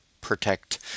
protect